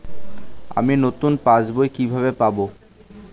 আমি নতুন পাস বই কিভাবে পাব?